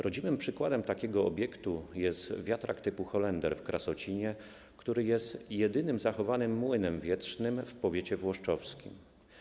Rodzimym przykładem takiego obiektu jest wiatrak typu holender w Krasocinie, który jest jedynym zachowanym młynem wietrznym w powiecie włoszczowskim.